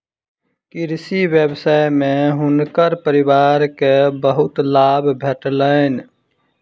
कृषि व्यवसाय में हुनकर परिवार के बहुत लाभ भेटलैन